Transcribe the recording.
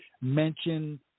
mention